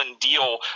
Deal